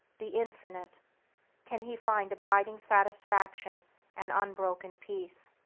the infinite can he find abiding satisfaction and unbroken peace.